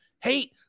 hate